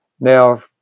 Now